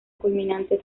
culminante